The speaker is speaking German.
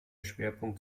schwerpunkt